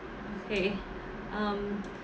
okay um